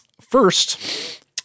first